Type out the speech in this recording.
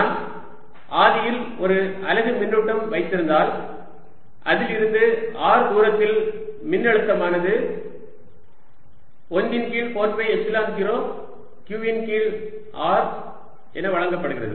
நான் ஆதியில் ஒரு அலகு மின்னூட்டம் வைத்திருந்தால் அதிலிருந்து r தூரத்தில் மின்னழுத்தமானது 1 இன் கீழ் 4 பை எப்சிலான் 0 q இன் கீழ் r என வழங்கப்படுகிறது